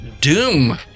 Doom